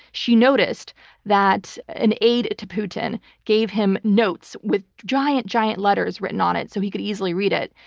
she noticed that an aide to putin gave him notes with giant, giant letters written on it so he could easily read it.